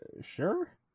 sure